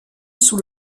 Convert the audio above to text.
sous